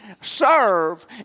serve